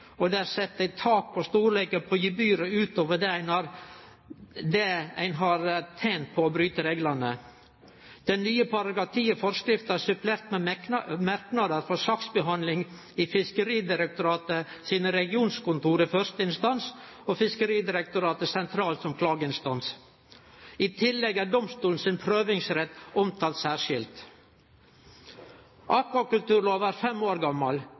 og det er sett eit tak på storleiken på gebyret utover det ein har tent på å bryte reglane. Den nye § 10 i forskrifta er supplert med merknader frå saksbehandling i Fiskeridirektoratet sine regionkontor i første instans og Fiskeridirektoratet sentralt som klageinstans. I tillegg er domstolen sin prøvingsrett omtalt særskilt. Akvakulturlova er fem år gammal.